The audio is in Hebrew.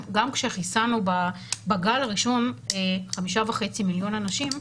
גם כשחיסנו בגל הראשון 5 וחצי מיליון אנשים,